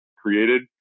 created